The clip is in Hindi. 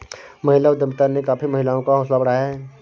महिला उद्यमिता ने काफी महिलाओं का हौसला बढ़ाया है